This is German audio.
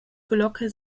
glocke